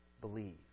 believe